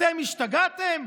אתם השתגעתם?